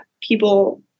people –